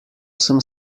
sem